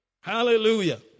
Hallelujah